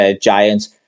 Giants